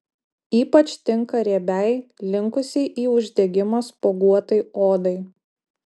ypač tinka riebiai linkusiai į uždegimą spuoguotai odai